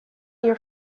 your